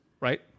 right